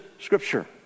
Scripture